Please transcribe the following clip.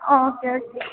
okay okay